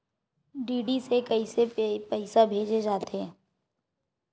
DD से कइसे पईसा भेजे जाथे?